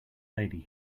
lady